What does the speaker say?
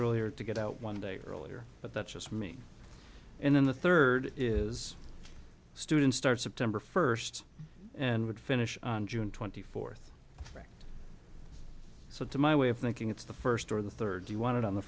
earlier to get out one day earlier but that's just me in the third is students start september first and would finish on june twenty fourth ranked so to my way of thinking it's the first or the third do you want it on the